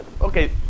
Okay